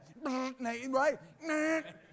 right